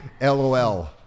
LOL